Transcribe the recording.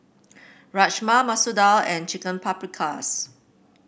Rajma Masoor Dal and Chicken Paprikas